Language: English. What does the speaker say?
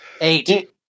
eight